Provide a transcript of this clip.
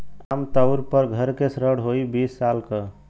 आम तउर पर घर के ऋण होइ बीस साल क